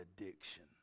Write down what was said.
addiction